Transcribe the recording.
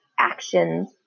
Actions